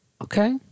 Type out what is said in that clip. Okay